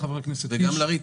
וגם לריטים.